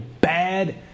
bad